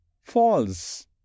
false